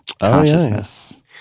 Consciousness